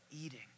eating